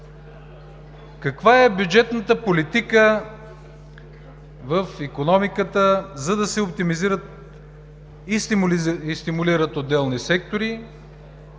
Каква е бюджетната политика в икономиката, за да се оптимизират и стимулират отделни сектори